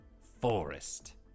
forest